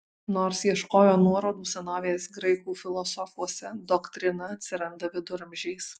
nors ieškojo nuorodų senovės graikų filosofuose doktrina atsiranda viduramžiais